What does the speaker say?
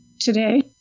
today